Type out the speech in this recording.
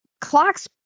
clocks